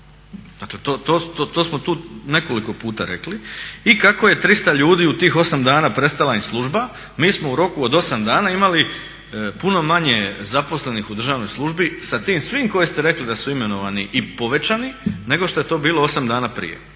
to smo tu nekoliko puta rekli. I kako je 300 ljudi u tih 8 dana prestala im služba, mi smo u roku od 8 dana imali puno manje zaposlenih u državnoj službi sa tim svim koji ste rekli da su imenovani i povećani nego što je to bilo 8 dana prije.